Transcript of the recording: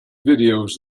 videos